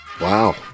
Wow